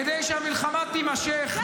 כדי שהמלחמה תימשך.